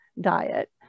diet